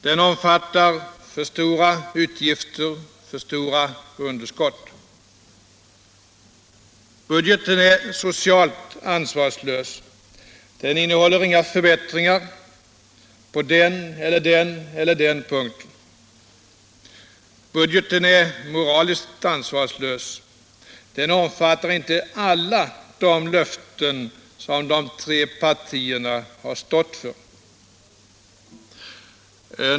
Den omfattar för stora utgifter och för stora underskott. Budgeten är socialt ansvarslös. Den innehåller inga förbättringar på den eller den punkten. Budgeten är moraliskt ansvarslös. Den omfattar inte alla de löften som de tre partierna har stått för.